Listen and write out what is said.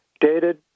dated